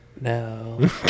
No